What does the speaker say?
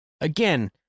Again